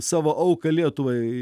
savo auką lietuvai